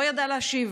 לא ידע להשיב